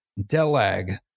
DELAG